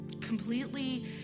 completely